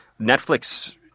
Netflix